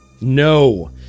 No